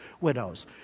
widows